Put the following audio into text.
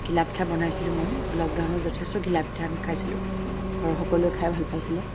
ঘিলা পিঠা বনাইছিলোঁ মই লকডাউনত যথেষ্ট ঘিলা পিঠা আমি খাইছিলোঁ ঘৰৰ সকলোৱে খাই ভাল পাইছিলে